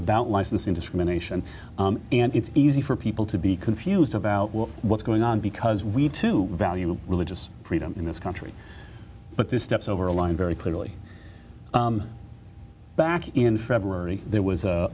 about licensing discrimination and it's easy for people to be confused about what's going on because we need to value religious freedom in this country but this steps over a line very clearly back in february there was a